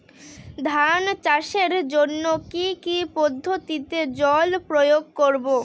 ধান চাষের জন্যে কি কী পদ্ধতিতে জল প্রয়োগ করব?